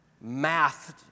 math